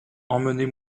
emmenez